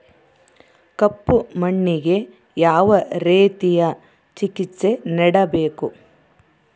ಕಪ್ಪು ಮಣ್ಣಿಗೆ ಯಾವ ರೇತಿಯ ಚಿಕಿತ್ಸೆ ನೇಡಬೇಕು?